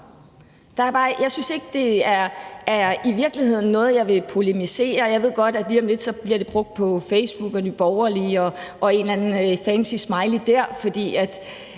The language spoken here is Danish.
Jeg synes ikke, det i virkeligheden er noget, jeg vil polemisere. Jeg ved godt, at lige om lidt bliver det brugt på Facebook og hos Nye Borgerlige og med en eller anden fancy smiley der, fordi